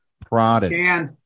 prodded